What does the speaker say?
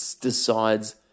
decides